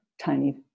tiny